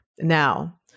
now